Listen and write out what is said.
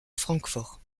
francfort